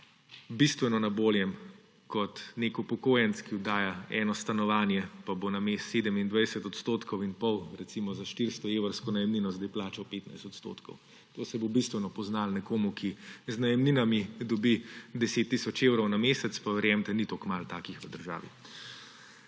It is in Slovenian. bistveno na boljšem kot nek upokojenec, ki oddaja eno stanovanje, pa bo namesto 27 odstotkov in pol, recimo, za 400-evrsko najemnino sedaj plačal 15 odstotkov. To se bo bistveno poznalo nekomu, ki z najemninami dobi 10 tisoč evrov na mesec. Pa verjemite, ni tako malo takih v državi.